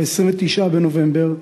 29 בנובמבר,